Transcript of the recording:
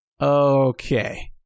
Okay